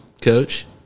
Coach